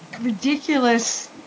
ridiculous